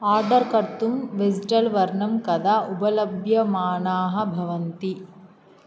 order कर्तुं वेज़िटल् वर्णं कदा उपलभ्यमानाः भवन्ति